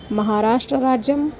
महाराष्ट्रराज्यं